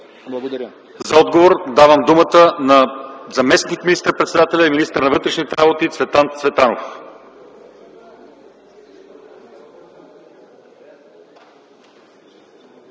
ИВАНОВ: За отговор давам думата на заместник министър-председателя и министър на вътрешните работи Цветан Цветанов.